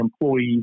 employees